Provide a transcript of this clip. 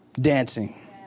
dancing